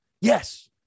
Yes